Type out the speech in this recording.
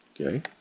Okay